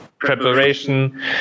preparation